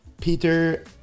Peter